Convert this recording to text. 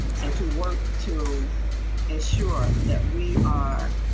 in to work to ensure that we are.